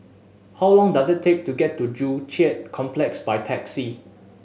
how long does it take to get to Joo Chiat Complex by taxi